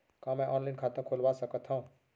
का मैं ऑनलाइन खाता खोलवा सकथव?